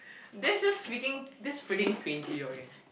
that's just freaking that's freaking cringey okay